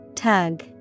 Tug